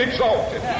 exalted